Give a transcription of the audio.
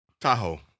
Tahoe